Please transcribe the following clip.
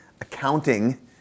accounting